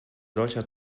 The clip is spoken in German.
solcher